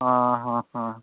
ହଁ ହଁ ହଁ